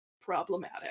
problematic